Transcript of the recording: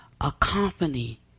accompany